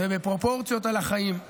ובפרופורציות על החיים.